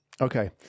Okay